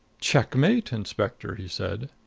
checkmate, inspector! he said.